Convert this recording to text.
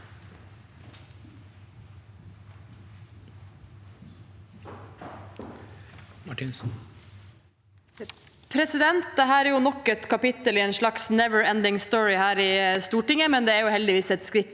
Dette er nok et kapittel i en slags «Neverending Story» her i Stortinget, men det er heldigvis et skritt